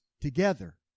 together